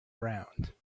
round